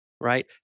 Right